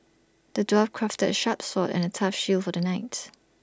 the dwarf crafted A sharp sword and A tough shield for the knights